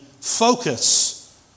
focus